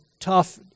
tough